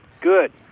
Good